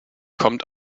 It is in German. kommt